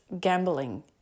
gambling